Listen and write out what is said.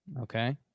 Okay